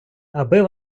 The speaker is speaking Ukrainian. аби